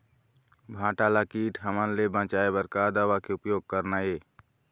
भांटा ला कीट हमन ले बचाए बर का दवा के उपयोग करना ये?